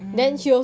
mm